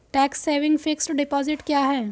Tax saving fixed deposit क्या है?